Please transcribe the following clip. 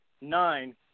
nine